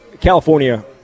California